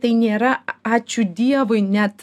tai nėra ačiū dievui net